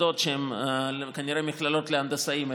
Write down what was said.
למוסדות שהם מכללות להנדסאים,